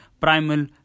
Primal